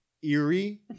Eerie